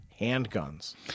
handguns